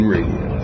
Radio